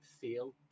feel